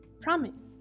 promise